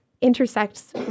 intersects